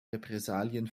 repressalien